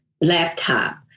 laptop